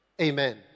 Amen